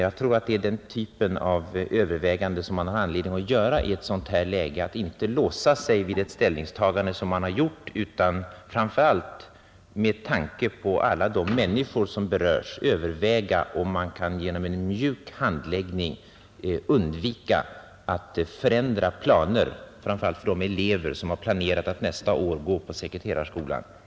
Jag tror att det är den typen av överväganden som man har anledning att göra i ett sådant här läge — att inte låsa sig i ett en gång fattat ställningstagande utan överväga om man genom en mjuk handläggning kan undvika att stäcka planerna för de elever som har tänkt att nästa år gå på sekreterarskolan.